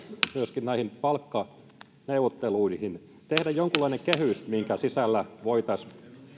myöskin näihin palkkaneuvotteluihin tehdä jonkunlainen kehys minkä sisällä voitaisiin